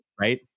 Right